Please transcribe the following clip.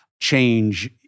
change